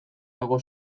dago